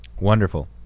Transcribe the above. Wonderful